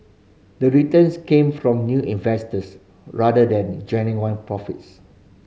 the returns came from new investors rather than genuine profits